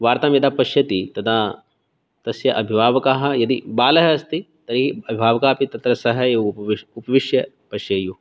वार्तां यदा पश्यति तदा तस्य अभिभावकाः यदि बालः अस्ति तर्हि अभिभावकाः अपि तत्र सह एव उपविश् उपविश्य पश्येयुः